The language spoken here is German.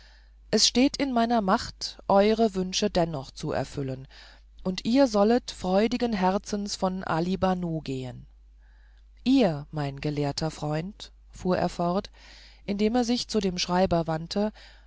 es steht in meiner macht eure wünsche dennoch zu erfüllen und ihr sollet freudigen herzens von ali banu gehen ihr mein gelehrter freund fuhr er fort indem er sich zu dem schreiber wandte